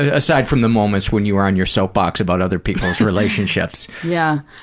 ah aside from the moments when you were on your soapbox about other people's relationships? yeah.